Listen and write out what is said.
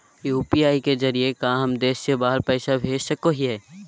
UPI के जरिए का हम देश से बाहर पैसा भेज सको हियय?